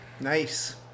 Nice